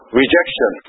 rejection